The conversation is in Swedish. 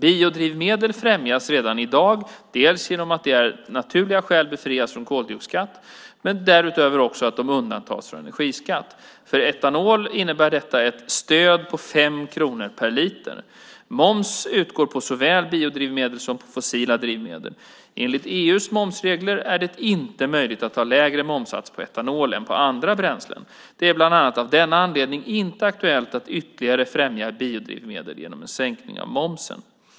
Biodrivmedel främjas redan i dag, dels genom att de av naturliga skäl befrias från koldioxidskatt, dels genom att de undantas från energiskatt. För etanol innebär detta ett stöd på 5 kronor per liter. Moms utgår på såväl biodrivmedel som fossila drivmedel. Enligt EU:s momsregler är det inte möjligt att ha lägre momssats på etanol än på andra bränslen. Det är bland annat av denna anledning inte aktuellt att ytterligare främja biodrivmedlen genom en sänkning av momsen.